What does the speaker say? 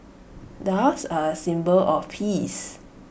doves are A symbol of peace